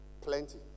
Plenty